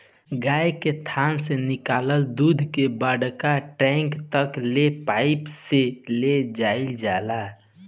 गाय के थान से निकलल दूध के बड़का टैंक तक ले पाइप से ले जाईल जाला